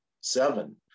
seven